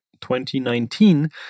2019